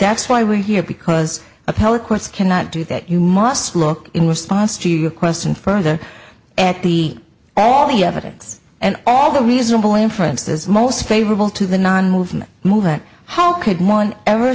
that's why we're here because appellate courts cannot do that you must look in response to your question further at the all the evidence and all the reasonable inferences most favorable to the non movement movement how could one ever